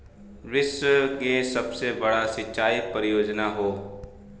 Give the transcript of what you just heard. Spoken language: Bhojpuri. विश्व के सबसे बड़ा सिंचाई परियोजना हौ